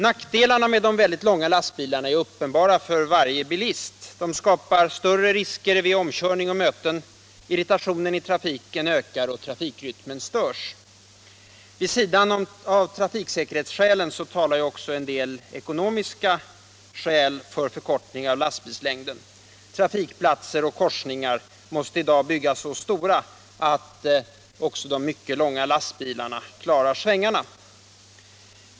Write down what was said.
Nackdelarna med de väldigt långa lastbilarna är uppenbara för varje bilist. De skapar större risker vid omkörning och möten. Irritationen i trafiken ökar. Trafikrytmen störs. Vid sidan av trafiksäkerhetsskälen talar också en del ekonomiska skäl för en förkortning av lastbilslängden. Trafikplatser och korsningar måste i dag byggas så stora att också de mycket långa lastbilarna kan klara svängarna.